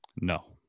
no